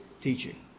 teaching